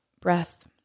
Breath